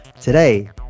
today